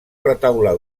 retaule